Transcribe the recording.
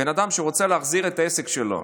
אדם שרצה להחזיר את העסק שלו,